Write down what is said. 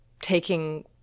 taking